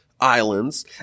islands